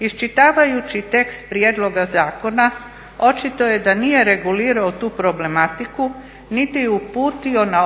Iščitavajući tekst prijedloga zakona očito je da nije regulirao tu problematiku niti je uputio na